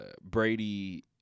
Brady